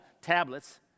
tablets